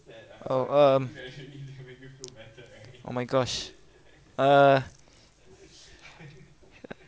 oh um oh my gosh uh